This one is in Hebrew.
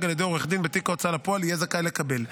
על ידי עורך דין בתיק הוצאה לפועל יהיה זכאי לקבל.